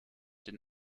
den